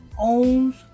Owns